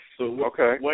Okay